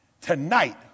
Tonight